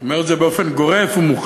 אני אומר את זה באופן גורף ומוחלט.